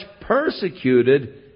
persecuted